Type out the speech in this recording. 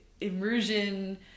immersion